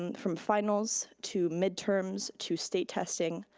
and from finals to midterms to state testing,